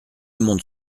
monde